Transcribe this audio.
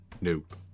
Nope